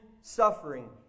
suffering